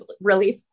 relief